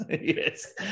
Yes